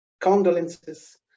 condolences